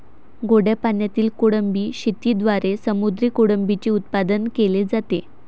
गोड्या पाण्यातील कोळंबी शेतीद्वारे समुद्री कोळंबीचे उत्पादन केले जाते